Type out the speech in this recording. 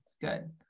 Good